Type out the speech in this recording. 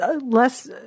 less